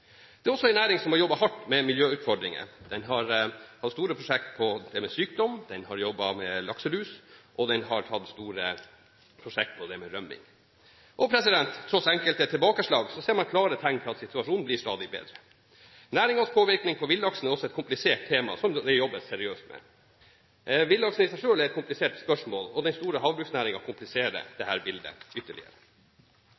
Det er også en næring som har jobbet hardt med miljøutfordringer. Den har hatt store prosjekter når det gjelder sykdom, den har jobbet med lakselus, og den har hatt store prosjekter når det gjelder rømning. På tross av enkelte tilbakeslag ser man klare tegn på at situasjonen blir stadig bedre. Næringens påvirkning på villaksen er også et komplisert tema som det jobbes seriøst med. Villaksen i seg selv er et komplisert spørsmål, og den store havbruksnæringen kompliserer